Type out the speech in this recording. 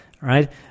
right